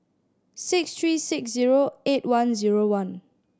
six three six zero eight one zero one